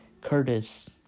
Curtis